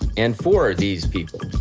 and for these people.